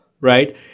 right